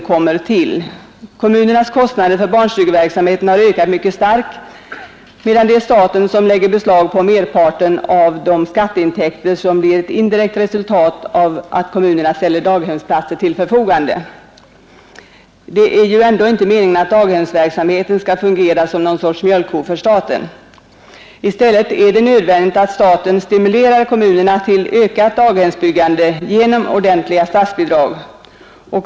Kommunernas kostnader för barnstugeverksamheten har ökat mycket starkt, medan staten lägger beslag på merparten av de skatteintäkter som blir ett indirekt resultat av att kommunerna ställer daghemsplatser till förfogande, Det är ju ändå inte meningen att daghemsverksamheten skall fungera som en mjölkko för staten. I stället är det nödvändigt att staten stimulerar kommunerna till ökat daghemsbyggande genom ordentliga statsbidrag.